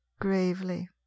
gravely